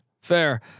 fair